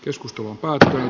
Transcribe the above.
joskus tullut paikalle